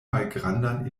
malgrandan